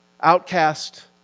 outcast